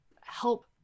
help